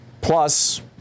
Plus